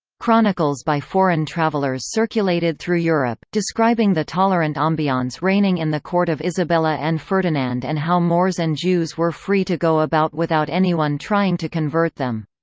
chronicles by foreign travelers circulated through europe, describing the tolerant ambiance reigning in the court of isabela and ferdinand and how moors and jews were free to go about without anyone trying to convert them.